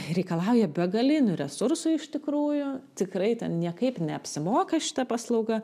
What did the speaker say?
reikalauja begalinių resursų iš tikrųjų tikrai ten niekaip neapsimoka šita paslauga